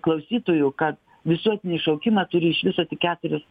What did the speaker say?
klausytojų ka visuotinį šaukimą turi iš viso tik keturios